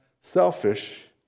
selfish